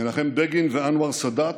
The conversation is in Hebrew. מנחם בגין ואנואר סאדאת